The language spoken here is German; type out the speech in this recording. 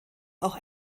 auch